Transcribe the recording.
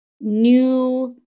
new